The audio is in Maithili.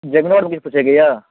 जमीनो दऽ किछु पूछेके यऽ